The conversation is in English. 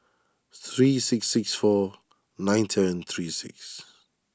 three six six four nine seven three six